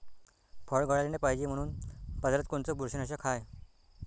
फळं गळाले नाही पायजे म्हनून बाजारात कोनचं बुरशीनाशक हाय?